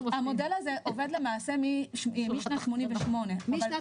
המודל הזה עובד למעשה משנת 88'. משנת